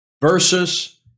versus